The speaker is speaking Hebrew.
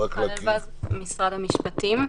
אני ממשרד המשפטים.